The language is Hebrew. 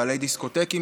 בעלי דיסקוטקים,